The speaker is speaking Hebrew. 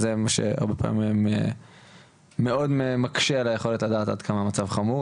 זה מה שהרבה פעמים מאוד מקשה על היכולת לדעת עד כמה המצב חמור.